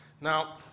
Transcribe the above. now